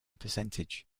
percentage